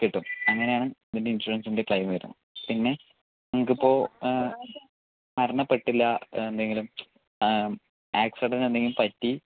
കിട്ടും അങ്ങനെയാണ് ഇതിൻ്റെ ഇൻഷുറൻസിൻ്റെ ക്ലെയിം വരുന്നത് പിന്നെ നിങ്ങൾക്കിപ്പോൾ മരണപ്പെട്ടില്ല എന്തെങ്കിലും ആക്സിഡന്റ് എന്തെങ്കിലും പറ്റി